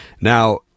now